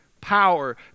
power